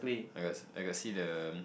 I got I got see the